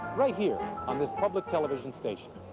right here on this public television station.